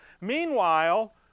meanwhile